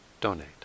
donate